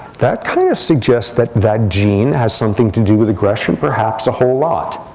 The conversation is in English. that kind of suggests that that gene has something to do with aggression, perhaps a whole lot.